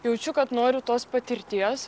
jaučiu kad noriu tos patirties